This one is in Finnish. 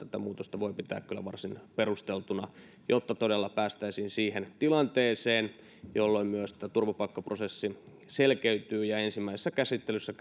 tätä muutosta voi pitää kyllä varsin perusteltuna jotta todella päästäisiin siihen tilanteeseen jolloin myös tämä turvapaikkaprosessi selkeytyy ja ensimmäisessä käsittelyssä